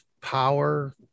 power